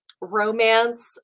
romance